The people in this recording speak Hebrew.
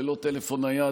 ללא טלפון נייד,